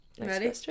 ready